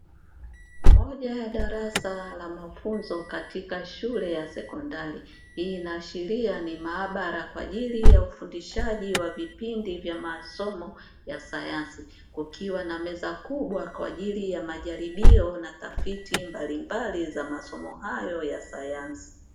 Moja ya darasa la mafunzo katika shule ya sekondari inaashiria ni maabara, kwaajili ya ufundishaji wa vipindi vya masomo ya sayansi, kukiwa na meza kubwa kwaajili ya majaribio na tafiti mbalimbali za masomo hayo ya sayansi.